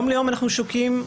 מיום ליום אנחנו שוקעים בבוץ,